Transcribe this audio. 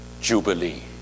jubilee